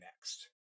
next